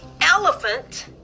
elephant